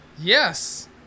Yes